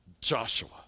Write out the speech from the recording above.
Joshua